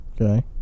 Okay